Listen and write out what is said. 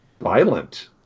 violent